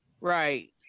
Right